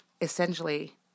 essentially